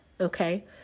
Okay